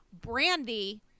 Brandy